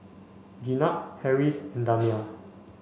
Jenab Harris and Damia